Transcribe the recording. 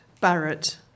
Barrett